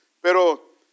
pero